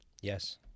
yes